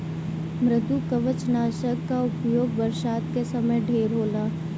मृदुकवचनाशक कअ उपयोग बरसात के समय ढेर होला